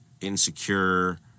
insecure